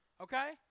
Okay